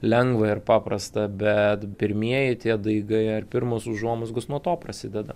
lengva ir paprasta bet pirmieji tie daigai ar pirmos užuomazgos nuo to prasideda